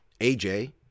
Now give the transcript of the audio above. AJ